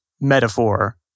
metaphor